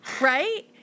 Right